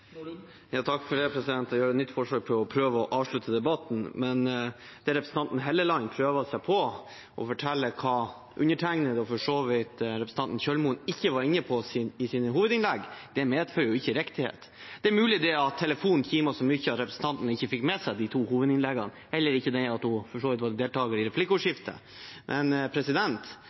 Jeg gjør et nytt forsøk på å prøve å avslutte debatten. Det representanten Hofstad Helleland prøver seg på å fortelle om hva undertegnede, og for så vidt representanten Kjølmoen, ikke var inne på i sine hovedinnlegg, medfører ikke riktighet. Det er mulig telefonen kimte så mye at representanten ikke fikk med seg de to hovedinnleggene, selv om hun for så vidt var deltaker i replikkordskiftet. Men